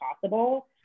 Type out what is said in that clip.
possible